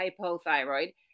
hypothyroid